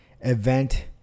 event